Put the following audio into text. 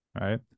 right